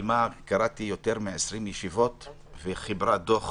קראתי שקיימה יותר מ-20 ישיבות וחיברה דוח